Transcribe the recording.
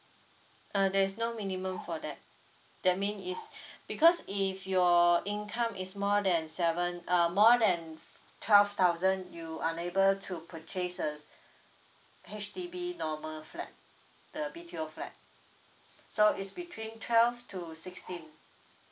uh there's no minimum for that that mean is because if your income is more than seven uh more than twelve thousand you unable to purchase a H_D_B normal flat the B_T_O flat so it's between twelve to sixteen